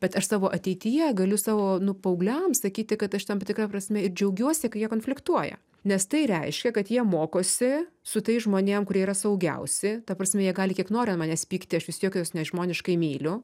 bet aš savo ateityje galiu savo nu paaugliam sakyt kad aš tam tikra prasme ir džiaugiuosi kai jie konfliktuoja nes tai reiškia kad jie mokosi su tais žmonėm kurie yra saugiausi ta prasme jie gali kiek nori manęs pykti aš vis tiek juos nežmoniškai myliu